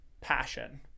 passion